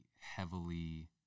heavily